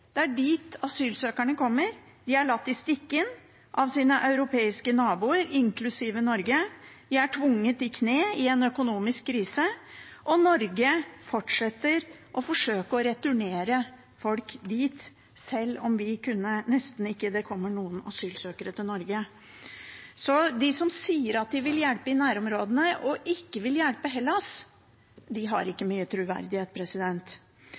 Det er dit asylsøkerne kommer. De er latt i stikken av sine europeiske naboer, inklusive Norge, de er tvunget i kne i en økonomisk krise, og Norge fortsetter å forsøke å returnere folk dit, sjøl om det nesten ikke kommer noen asylsøkere til Norge. Så de som sier at de vil hjelpe i nærområdene og ikke vil hjelpe Hellas, har